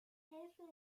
hälfte